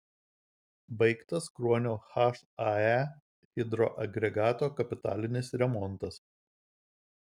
baigtas kruonio hae hidroagregato kapitalinis remontas